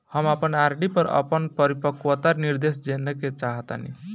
हम अपन आर.डी पर अपन परिपक्वता निर्देश जानेके चाहतानी